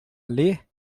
ler